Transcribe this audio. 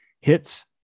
Hits